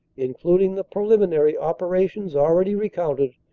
including the preliminary operations already recounted,